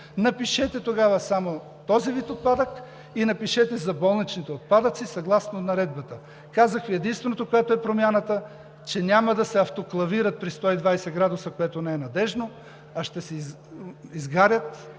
Напишете тогава само за този вид отпадък, напишете за болничните отпадъци съгласно наредбата. Казах Ви: единствената промяната е, че няма да се автоклавират при 120%, което не е надеждно, а ще се изгарят